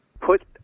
put –